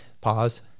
pause